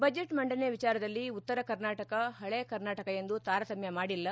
budget ಮಂಡನೆ ವಿಚಾರದಲ್ಲಿ ಉತ್ತರ ಕರ್ನಾಟಕ ಹಳೆ ಕರ್ನಾಟಕ ಎಂದು ತಾರತಮ್ಯ ಮಾಡಿಲ್ಲ